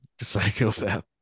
psychopath